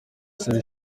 serge